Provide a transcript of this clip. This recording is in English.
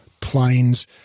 planes